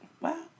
wow